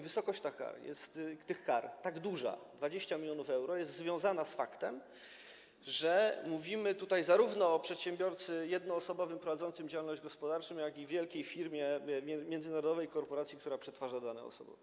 Wysokość tych kar jest tak duża - 20 mln euro - bo jest to związane z faktem, że mówimy tutaj zarówno o przedsiębiorcy jednoosobowym prowadzącym działalność gospodarczą, jak i o wielkiej firmie, międzynarodowej korporacji, która przetwarza dane osobowe.